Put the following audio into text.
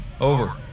Over